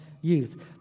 youth